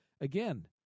Again